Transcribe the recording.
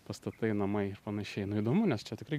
pastatai namai ir panašiai nu įdomu nes čia tikrai